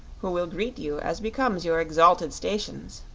who will greet you as becomes your exalted stations.